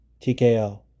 TKO